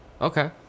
Okay